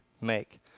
make